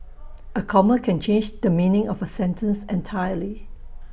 A comma can change the meaning of A sentence entirely